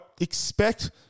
expect